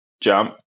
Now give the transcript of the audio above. jump